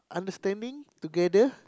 understanding together